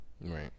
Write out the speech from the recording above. Right